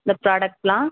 இந்த ப்ராடெக்டெலாம்